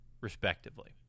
respectively